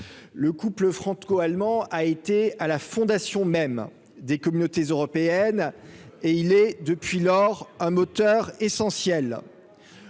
le couple franco-allemand a été à la fondation même des communautés européennes et il est depuis lors un moteur essentiel